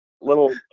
little